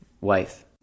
wife